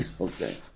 Okay